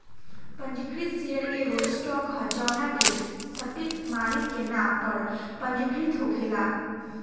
पंजीकृत शेयर एगो स्टॉक ह जवना के सटीक मालिक के नाम पर पंजीकृत होखेला